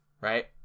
right